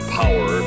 power